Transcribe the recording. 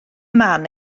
man